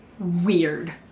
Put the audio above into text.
Weird